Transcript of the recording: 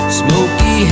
smoky